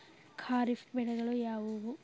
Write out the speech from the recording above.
ಖಾರಿಫ್ ಬೆಳೆಗಳು ಯಾವುವು?